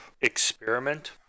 experiment